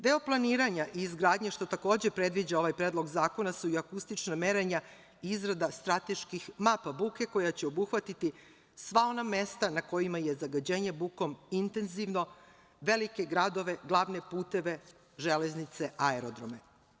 Deo planiranja i izgradnje, što takođe predviđa ovaj predlog zakona, su i akustična merenja i izrada strateških mapa buke koja će obuhvatiti sva ona mesta na kojima je zagađenje bukom intenzivno, velike gradove, glavne puteve, železnice, aerodrome.